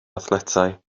athletau